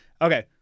Okay